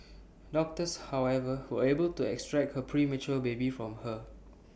doctors however were able to extract her premature baby from her